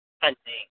ਹਾਂਜੀ